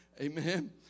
Amen